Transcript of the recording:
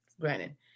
Granted